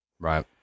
Right